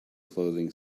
clothing